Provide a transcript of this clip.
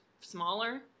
smaller